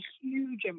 huge